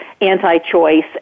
anti-choice